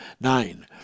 nine